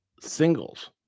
Singles